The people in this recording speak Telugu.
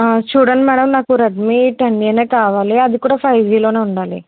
చూడండి మేడమ్ నాకు రెడ్మీ టెన్ ఏనే కావాలి అది కూడా ఫైవ్ జీలోనే ఉండాలి